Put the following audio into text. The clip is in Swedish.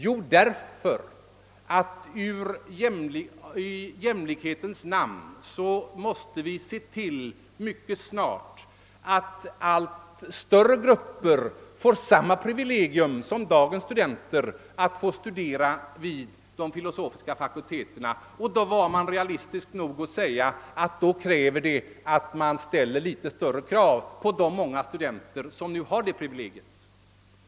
Jo, därför att vi i jämlikhetens namn mycket snart måste se till att allt större grupper får samma privilegium att studera vid de filosofiska fakulteterna som dagens studenter. SSU-representanterna var också realistiska nog att kräva att det ställs något större krav på de många studenter som nu har detta privilegium.